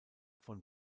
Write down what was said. von